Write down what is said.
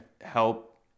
help